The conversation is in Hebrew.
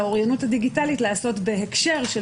את האוריינות הדיגיטלית אפשר לעשות בהקשר של